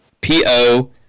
P-O